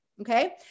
okay